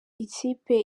ikipe